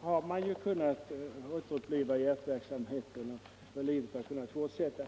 har man ju kunnat återuppliva hjärtverksamheten, och livet har kunnat fortsätta.